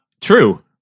True